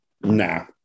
Nah